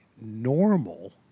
normal